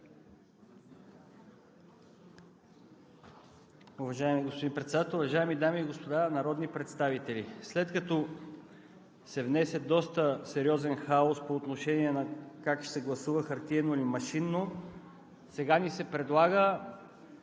Уважаеми господин Председател, уважаеми дами и господа народни представители! След като се внесе доста сериозен хаос по отношение на това как ще се гласува – хартиено или машинно, сега ни се предлага